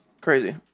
crazy